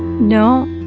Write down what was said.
no.